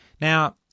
Now